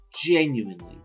Genuinely